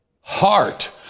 heart